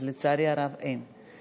אז לצערי הרב, אין.